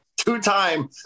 Two-time